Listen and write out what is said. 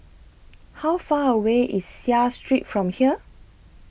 How Far away IS Seah Street from here